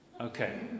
Okay